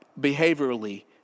behaviorally